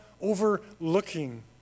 overlooking